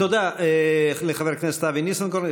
תודה לחבר הכנסת אבי ניסנקורן,